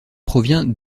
provient